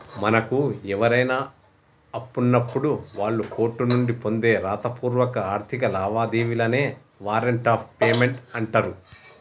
మనకు ఎవరైనా అప్పున్నప్పుడు వాళ్ళు కోర్టు నుండి పొందే రాతపూర్వక ఆర్థిక లావాదేవీలనే వారెంట్ ఆఫ్ పేమెంట్ అంటరు